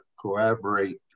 collaborate